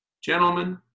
Gentlemen